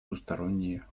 двусторонние